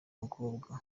mukobwa